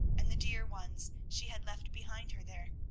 and the dear ones she had left behind her there.